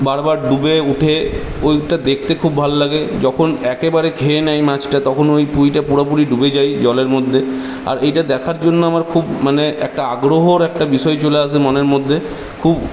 বার বার ডুবে ওঠে ওইটা দেখতে খুব ভাল লাগে যখন একেবারে খেয়ে নেয় মাছটা তখন ওই পুঁইটা পুরোপুরি ডুবে যায় জলের মধ্যে আর এইটা দেখার জন্য আমার খুব মানে আমার খুব আগ্রহর একটা বিষয় চলে আসে মনের মধ্যে খুব